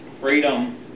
Freedom